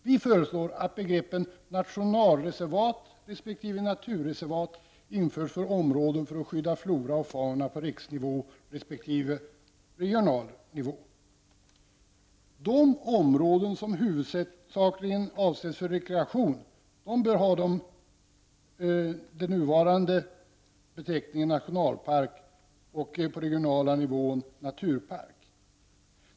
Vi föreslår att begreppen nationalreservat resp. naturreservat införs för områden för skydd av flora och fauna på riksnivå resp. regional nivå. De områden som huvudsakligen avsätts för rekreation bör ha den nuvarande beteckningen nationalpark och på regional nivå naturpark.